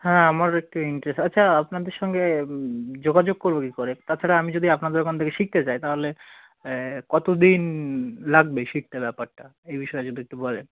হ্যাঁ আমার একটু ইন্টারেস্ট আচ্ছা আপনাদের সঙ্গে যোগাযোগ করব কী করে তাছাড়া আমি যদি আপনাদের ওখান থেকে শিখতে চাই তাহলে কত দিন লাগবে শিখতে ব্যাপারটা এই বিষয়ে যদি একটু বলেন